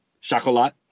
Chocolat